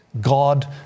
God